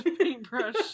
paintbrush